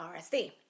RSD